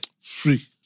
free